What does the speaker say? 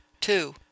Two